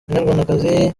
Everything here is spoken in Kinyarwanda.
banyarwandakazi